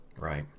Right